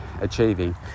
achieving